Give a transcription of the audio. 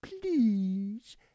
Please